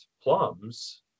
plums